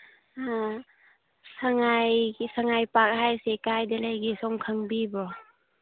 ꯑ ꯁꯉꯥꯏꯒꯤ ꯁꯉꯥꯏ ꯄꯥꯛ ꯍꯥꯏꯁꯦ ꯀꯥꯏꯗ ꯂꯩꯒꯦ ꯁꯣꯝ ꯈꯪꯕꯤꯕ꯭ꯔꯣ